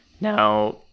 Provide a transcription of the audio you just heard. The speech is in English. Now